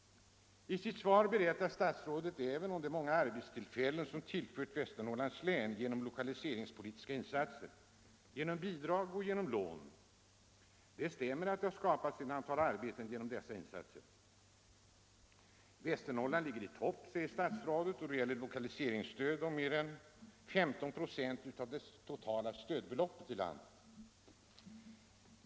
Nr 23 Statsrådet berättar i sitt svar också om de många arbetstillfällen som Torsdagen den tillförts Västernorrlands län genom lokaliseringspolitiska insatser, genom 20 februari 1975 bidrag och genom lån. Det stämmer att det skapats ett antal arbeten sg genom dessa insatser. Västernorrland ligger i topp, säger statsrådet, då Om sysselsättningsdet gäller lokaliseringsstöd med mer än 15 96 av det totala stödbeloppet = läget i Västernorri landet.